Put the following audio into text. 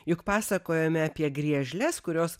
juk pasakojome apie griežles kurios